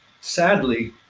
sadly